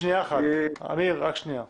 רק רגע.